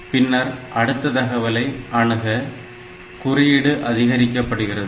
பின்னர் அடுத்த தகவலை அணுக குறியீடு அதிகரிக்கப்படுகிறது